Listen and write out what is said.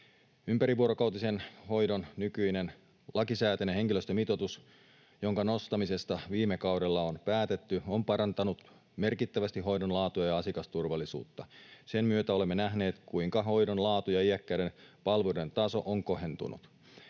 Ympärivuorokautisen hoidon nykyinen lakisääteinen henkilöstömitoitus, jonka nostamisesta viime kaudella on päätetty, on parantanut merkittävästi hoidon laatua ja asiakasturvallisuutta. Sen myötä olemme nähneet, kuinka hoidon laatu ja iäkkäiden palveluiden taso on kohentunut.